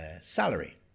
salary